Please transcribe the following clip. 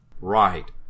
Right